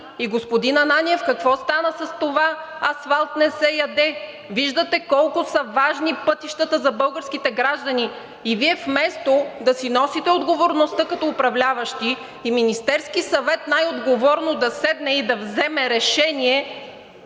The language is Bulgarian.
Господин Ананиев, какво стана с това: „асфалт не се яде“?! Виждате колко са важни пътищата за българските граждани и Вие вместо да си носите отговорността като управляващи и Министерският съвет най-отговорно да седне и да вземе решение,